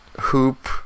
hoop